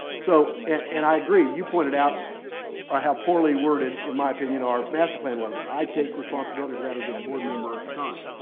so and i agree, you pointed out how poorly worded, in my opinion, our master plan was. i take responsibility for that as a board member at the time.